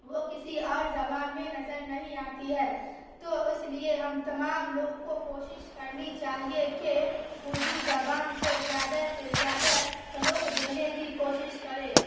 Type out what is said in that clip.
وہ کسی اور زبان میں نظر نہیں آتی ہیں تو اس لیے ہم تمام لوگ کو کوشش کرنے چاہیے کہ اردو زبان کو زیادہ سے زیادہ فروغ دینے کی کوشش کریں